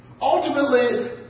Ultimately